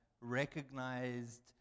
recognized